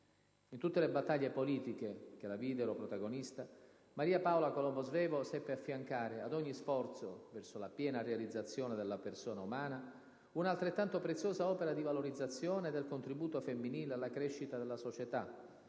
In tutte le battaglie politiche che la videro protagonista, Maria Paola Colombo Svevo seppe affiancare ad ogni sforzo verso la piena realizzazione della persona umana un'altrettanto preziosa opera di valorizzazione del contributo femminile alla crescita della società,